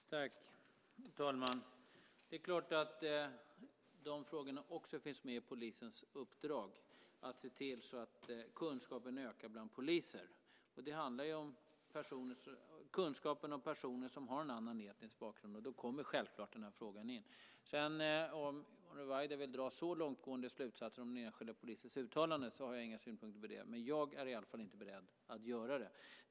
Herr talman! Det är klart att de frågorna också finns med i polisens uppdrag att se till att kunskapen ökar bland poliser. Det handlar om kunskap om personer som har en annan etnisk bakgrund. Då kommer självklart den här frågan in. Om Yvonne Ruwaida vill dra så långtgående slutsatser av den enskilde polisens uttalande har jag inga synpunkter på det. Jag är inte beredd att göra det.